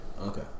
Okay